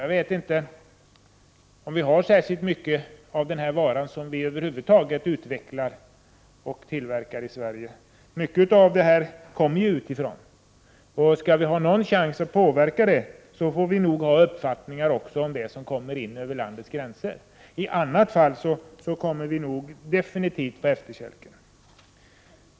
Jag vet inte om det finns mycket av denna vara som vi över huvud taget tillverkar och utvecklar i Sverige. Mycket av detta kommer ju utifrån. Skall vi ha någon chans att påverka får vi nog ha uppfattningar även om det som kommer in över landets gränser. I annat fall kommer vi definitivt på efterkälken.